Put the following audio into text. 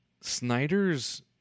Snyder's